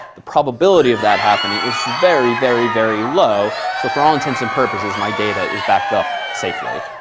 the probability of that happening is very, very, very low. so for all intents and purposes, my data is backed up safely.